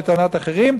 לטענת אחרים,